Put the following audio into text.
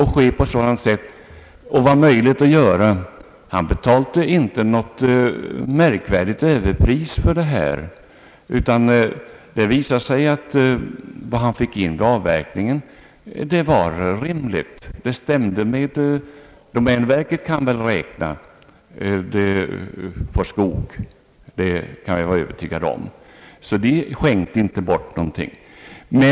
Herr talman! Återkommande till det speciella fallet, som jag relaterade tidigare, upprepar jag än en gång att det gällde gammal sparad skog. Den var sparad av domänverket och behövde avverkas. Domänverkets och lantbruksnämndens representanter var överens om det sätt på vilket transaktionen borde ske.